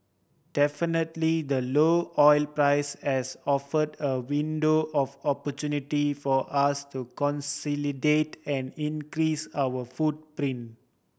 definitely the low oil price has offered a window of opportunity for us to consolidate and increase our footprint